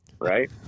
right